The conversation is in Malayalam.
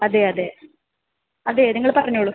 അതെ അതെ അതെ നിങ്ങള് പറഞ്ഞോളൂ